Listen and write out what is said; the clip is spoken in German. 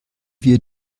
wir